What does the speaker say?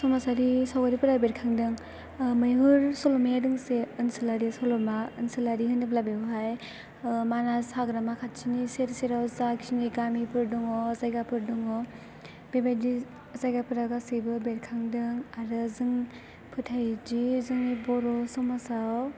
समाजारि सावगारिफोरा बेरखांदों मैहुर सल'माया दोंसे ओनसोलारि सल'मा ओनसोलारि होनोब्ला बेवहाय मानास हाग्रामा खाथिनि सेर सेराव जाखिनि गामिफोर दङ जायगाफोर दङ बेबायदि जायगाफोरा गासैबो बेरखांदों आरो जों फोथायोदि जोंनि बर' समाजाव